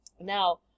Now